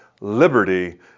liberty